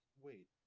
Wait